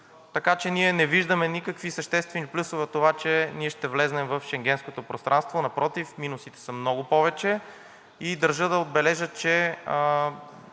Така че ние не виждаме никакви съществени плюсове от това, че ще влезем в Шенгенското пространство, напротив, минусите са много повече и държа да отбележа, че